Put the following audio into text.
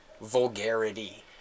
vulgarity